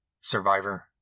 Survivor